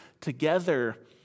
together